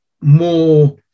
more